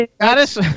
Goddess